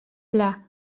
pla